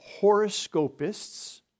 horoscopists